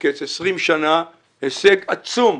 מקץ 20 שנים הישג עצום.